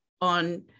on